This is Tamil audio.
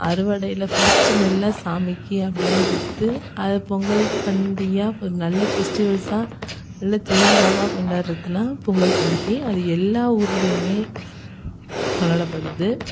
அறுவடையில் ஃபஸ்ட்டு நெல்லை சாமிக்கு அப்படின் கொடுத்து அதை பொங்கல் பண்டிகையாக நல்ல ஃபெஸ்ட்டிவல்ஸாக நல்ல திருவிழாவாக கொண்டாடுறதுன்னா பொங்கல் பண்டிகை அது எல்லா ஊரிலையுமே கொண்டாடப்படுது